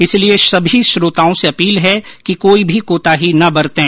इसलिए सभी श्रोताओं से अपील है कि कोई भी कोताही न बरतें